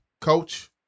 Coach